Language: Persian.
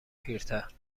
پیرتر